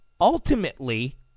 ultimately